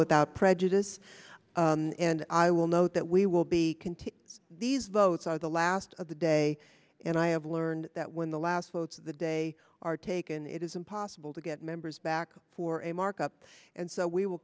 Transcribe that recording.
without prejudice and i will note that we will be continue these votes on the last of the day and i have learned that when the last votes of the day are taken it is impossible to get members back for a markup and so we will